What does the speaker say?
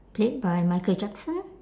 played by michael jackson